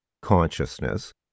consciousness